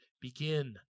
begin